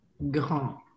Grand